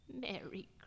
Merry